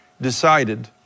DECIDED